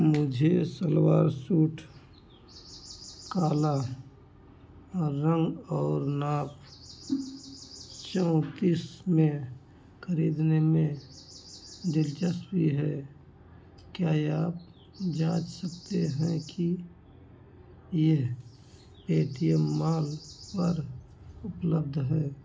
मुझे सलवार सूट काला रंग और नाप चौंतीस में खरीदने में दिलचस्पी है क्या याप जाँच सकते हैं कि यह पेटीएम मॉल पर उपलब्ध है